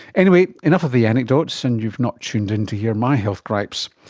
anyway, enough of the anecdotes, and you've not tuned in to hear my health gripes.